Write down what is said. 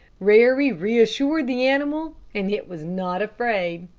rarey reassured the animal, and it was not afraid.